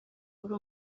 uri